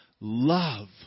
Love